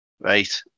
Right